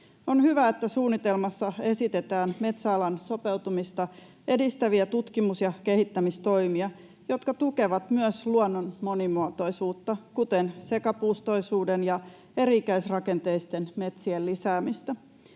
On hyvä, että suunnitelmassa esitetään metsäalan sopeutumista edistäviä tutkimus- ja kehittämistoimia, jotka tukevat myös luonnon monimuotoisuutta, kuten sekapuustoisuuden ja eri-ikäisrakenteisten metsien lisäämistä.